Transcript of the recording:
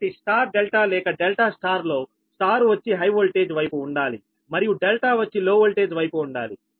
కాబట్టి star delta లేక delta star లో స్టార్ వచ్చి హై వోల్టేజ్ వైపు ఉండాలి మరియు డెల్టా వచ్చి లో వోల్టేజ్ వైపు ఉండాలి